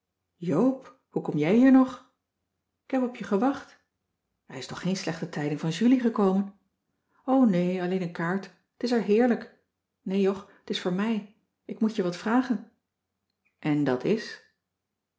hoe kom jij hier nog k heb op je gewacht er is toch geen slechte tijding van julie gekomen cissy van marxveldt de h b s tijd van joop ter heul o nee alleen een kaart t is er heerlijk nee jog t is voor mij ik moet je wat vragen en dat is